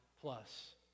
plus